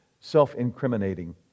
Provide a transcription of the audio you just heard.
self-incriminating